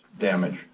damage